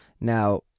Now